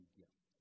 gift